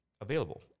available